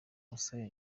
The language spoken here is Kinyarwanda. musaya